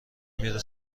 میره